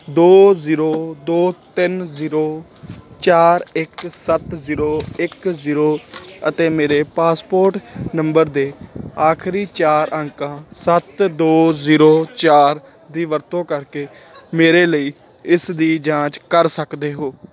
ਦੋ ਜ਼ੀਰੋ ਦੋ ਤਿੰਨ ਜ਼ੀਰੋ ਚਾਰ ਇੱਕ ਸੱਤ ਜ਼ੀਰੋ ਇੱਕ ਜ਼ੀਰੋ ਅਤੇ ਮੇਰੇ ਪਾਸਪੋਰਟ ਨੰਬਰ ਦੇ ਆਖਰੀ ਚਾਰ ਅੰਕਾਂ ਸੱਤ ਦੋ ਜ਼ੀਰੋ ਚਾਰ ਦੀ ਵਰਤੋਂ ਕਰਕੇ ਮੇਰੇ ਲਈ ਇਸ ਦੀ ਜਾਂਚ ਕਰ ਸਕਦੇ ਹੋ